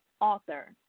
author